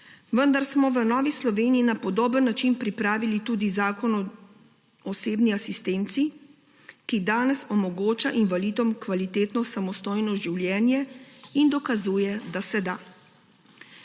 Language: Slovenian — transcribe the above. vendar smo v Novi Sloveniji na podoben način pripravili tudi Zakon o osebni asistenci, ki danes omogoča invalidom kvalitetno samostojno življenje in dokazuje, da se da.